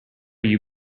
you